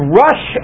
rush